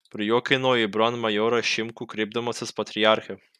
prajuokino į brandmajorą šimkų kreipdamasis patriarche